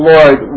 Lord